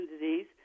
disease